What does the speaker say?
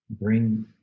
bring